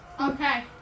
okay